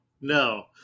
no